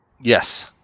Yes